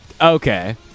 Okay